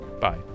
Bye